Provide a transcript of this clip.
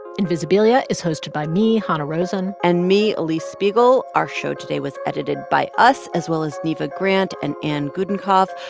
invisibilia is hosted by me, hanna rosin and me, alix spiegel. our show today was edited by us, as well as neva grant and anne gudenkauf.